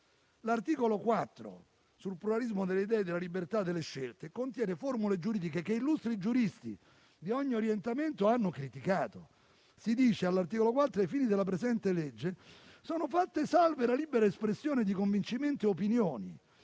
L'articolo 4 sul pluralismo delle idee e della libertà delle scelte contiene formule giuridiche che illustri giuristi di ogni orientamento hanno criticato. Si dice all'articolo 4: «Ai fini della presente legge, sono fatte salve la libera espressione di convincimenti od opinioni»